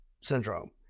syndrome